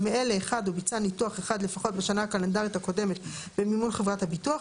מאלה: הוא ביצע ניתוח אחד לפחות בשנה הקלנדרית הקודמת במימון חברת הביטוח,